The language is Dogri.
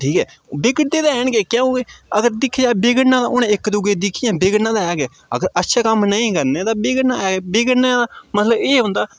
ठीक ऐ बिगड़दे ते हैन गै क्यों कि अगर दिक्खेआ बिगड़ना हून इक दूऐ ई दिक्खियै बिगड़ना ते ऐ गै अगर अच्छे क'म्म नेईं करने तां बिगड़ना ऐ बिगड़ने दा मतलब एह् होंदा